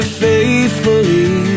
faithfully